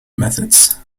methods